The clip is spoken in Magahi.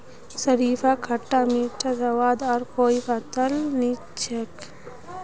शरीफार खट्टा मीठा स्वाद आर कोई फलत नी छोक